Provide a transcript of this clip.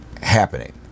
happening